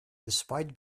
despite